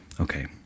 Okay